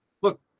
look